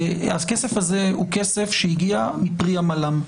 הכסף הזה הוא כסף שהגיע מפרי עמלם,